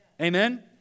Amen